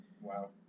Wow